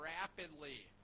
rapidly